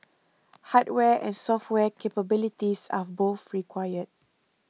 hardware and software capabilities are both required